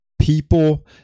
People